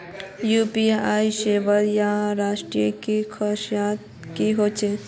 UPI सेवाएँ या services की खासियत की होचे?